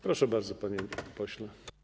Proszę bardzo, panie pośle.